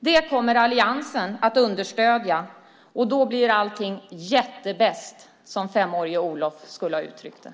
Det kommer alliansen att understödja, och då blir allting "jättebäst", som femårige Olof skulle ha uttryckt det.